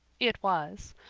it was.